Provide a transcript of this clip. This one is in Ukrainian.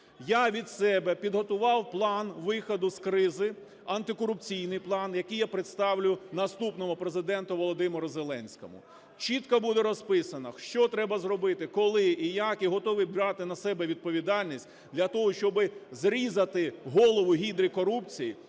Я від себе підготував план виходу з кризи, антикорупційний план, який я представлю наступному Президенту ВолодимируЗеленському. Чітко буде розписано, що треба зробити, коли і як, і готовий брати на себе відповідальність для того, щоби зрізати голову гідрі корупції,